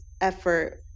effort